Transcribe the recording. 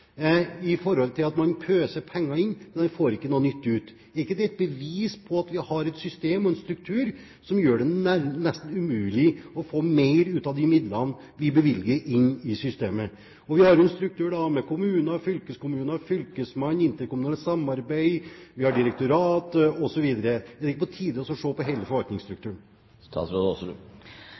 at man pøser penger inn, men man får ikke noe nytt ut? Er ikke det et bevis på at vi har et system og en struktur som gjør det nesten umulig å få mer ut av de midlene vi bevilger inn i systemet? Vi har jo en struktur med kommuner, fylkeskommuner, fylkesmenn, interkommunalt samarbeid, vi har direktoratet, osv. Er det ikke på tide å se på hele forvaltningsstrukturen?